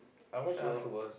I want ask about